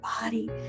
body